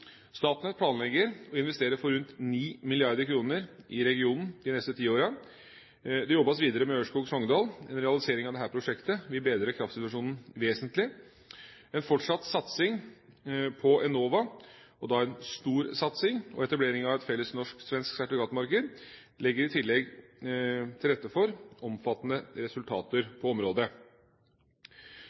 Statnett planlegger å investere for rundt 9 mrd. kr i regionen de neste ti åra. Det jobbes videre med Ørskog–Sogndal. En realisering av dette prosjektet vil bedre kraftsituasjonen vesentlig. En fortsatt satsing på Enova, og da en stor satsing, og etablering av et felles norsk-svensk sertifikatmarked legger i tillegg til rette for omfattende resultater på området.